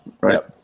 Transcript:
right